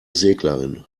seglerin